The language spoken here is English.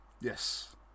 yes